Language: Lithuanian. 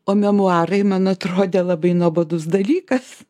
o memuarai man atrodė labai nuobodus dalykas